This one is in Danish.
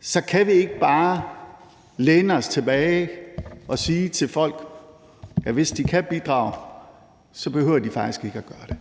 så kan vi ikke bare læne os tilbage og sige til folk, at hvis de kan bidrage, så behøver de faktisk ikke at gøre det.